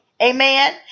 Amen